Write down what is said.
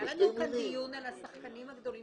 היה לנו כאן דיון על השחקנים הגדולים,